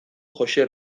joxe